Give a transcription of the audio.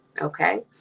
okay